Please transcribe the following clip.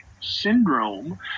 syndrome